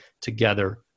together